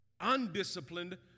Undisciplined